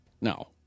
No